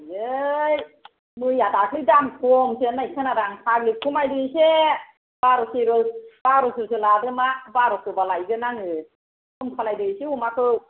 आयै मैया दाख्लि दाम खमसो होननाय खोनादों आं फाग्लि खमायदो एसे बार' थेर' बार'ससो लादोमा बार'सबा लायगोन आङो खम खालामदो एसे अमाखौ